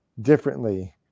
differently